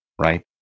right